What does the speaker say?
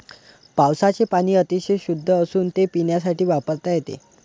पावसाचे पाणी अतिशय शुद्ध असून ते पिण्यासाठी वापरता येते